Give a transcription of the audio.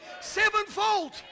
sevenfold